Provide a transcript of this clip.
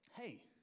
hey